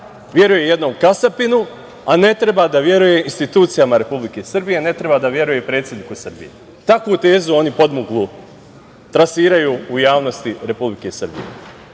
veruje jednom kasapinu, a ne treba da veruje institucijama Republike Srbije, ne treba da veruje predsedniku Srbije. Takvu tezu, podmuklu oni trasiraju u javnosti Republike Srbije